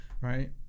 right